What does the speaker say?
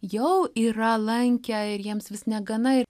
jau yra lankę ir jiems vis negana ir